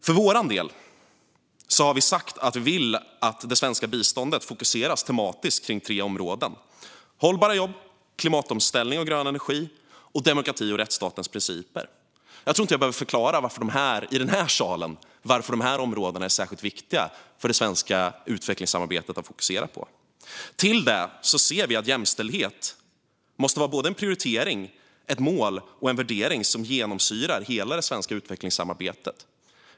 Vi har sagt att vi för vår del vill att det svenska biståndet fokuserar tematiskt kring tre områden. Det gäller hållbara jobb, klimatomställning och grön energi samt demokrati och rättsstatens principer. I den här salen behöver jag nog inte förklara varför det är särskilt viktigt för det svenska utvecklingssamarbetet att fokusera på dessa områden. Vi ser därtill att jämställdhet måste vara såväl en prioritering som ett mål och en värdering som genomsyrar hela det svenska utvecklingssamarbetet.